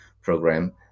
Program